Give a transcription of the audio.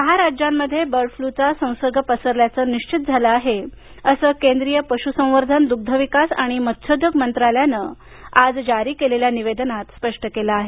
दहा राज्यांमध्ये बर्ड फ्ल्यूचा संसर्ग पसरल्याचं निश्वित झालं आहे असं केंद्रीय पशुसंवर्धन दुग्धविकास आणि मत्स्यउद्योग मंत्रालयानं आज जारी केलेल्या निवेदनात म्हटलं आहे